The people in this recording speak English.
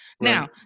now